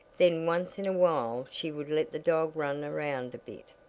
then once in a while she would let the dog run around a bit.